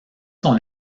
son